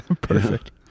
Perfect